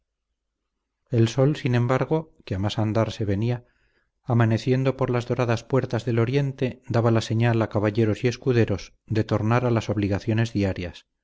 el sol sin embargo que a más andar se venía amaneciendo por las doradas puertas del oriente daba la señal a caballeros y escuderos de tornar a las obligaciones diarias